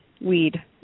weed